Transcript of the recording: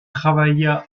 travailla